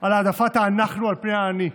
על העדפת ה"אנחנו" על פני ה"אני",